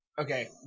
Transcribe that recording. Okay